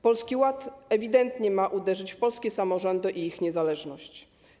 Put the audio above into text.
Polski Ład ewidentnie ma uderzyć w polskie samorządy i ich niezależność.